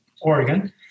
Oregon